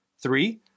Three